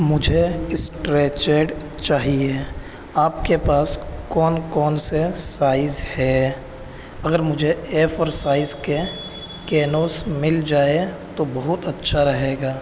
مجھے اسٹریچڈ چاہیے آپ کے پاس کون کون سے سائز ہے اگر مجھے اے فور سائز کے کینوس مل جائیں تو بہت اچھا رہے گا